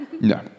No